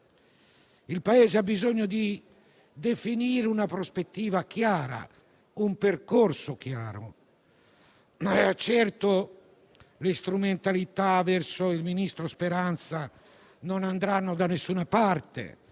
Il Paese ha bisogno di definire una prospettiva e un percorso chiari, ma certamente le strumentalità nei confronti del ministro Speranza non andranno da nessuna parte.